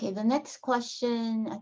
the next question,